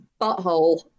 butthole